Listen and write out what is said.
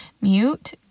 mute